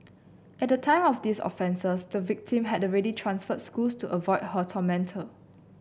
at the time of these offences the victim had already transferred schools to avoid her tormentor